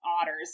otters